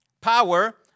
power